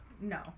No